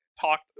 talked